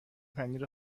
پنیر